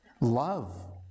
Love